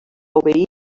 obeir